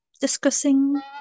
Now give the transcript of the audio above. discussing